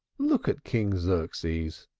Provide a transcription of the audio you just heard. look at king xerxes!